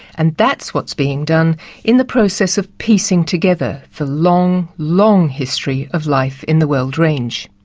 and that's what's being done in the process of piecing together the long, long history of life in the weld range.